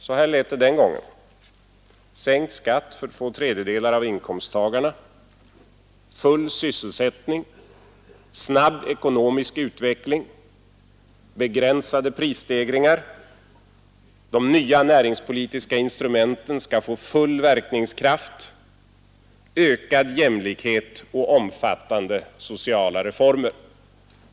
Så här lät det då: sänkt skatt för två tredjedelar av inkomsttagarna full sysselsättning snabb ekonomisk utveckling begränsade prisstegringar äringspolitiska instrumenten skall få full verkningskraft de nya ökad jämlikhet och omfattande sociala reformer.